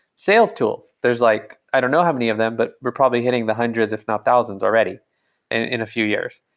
sales tools. there's like i don't know how many of them, but we're probably hitting the hundreds, if not thousands already in a few years.